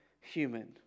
human